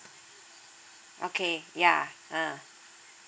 okay yeah uh